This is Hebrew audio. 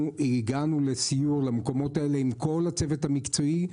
אנחנו הגענו לסיור למקומות האלה עם כל הצוות המקצועי,